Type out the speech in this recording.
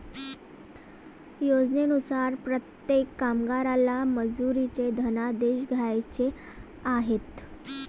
योजनेनुसार प्रत्येक कामगाराला मजुरीचे धनादेश द्यायचे आहेत